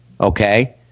Okay